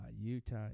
Utah